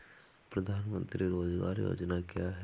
प्रधानमंत्री रोज़गार योजना क्या है?